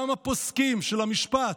גם הפוסקים של המשפט,